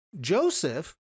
Joseph